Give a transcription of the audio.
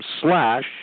slash